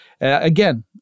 again